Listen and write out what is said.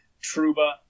Truba